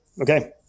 okay